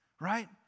right